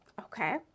okay